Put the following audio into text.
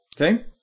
Okay